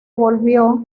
volvió